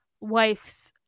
wife's